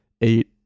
eight